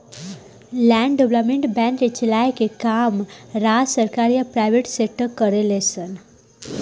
land development bank के चलाए के काम राज्य सरकार या प्राइवेट सेक्टर करेले सन